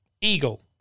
Eagle